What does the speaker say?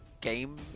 game